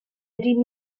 ydyn